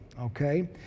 Okay